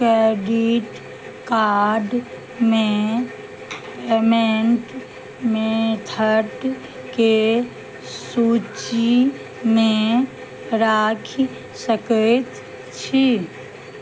credit कार्डमे payment मेथडके सूचीमे राखि सकैत छी